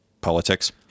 politics